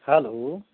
hello